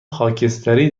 خاکستری